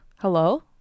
hello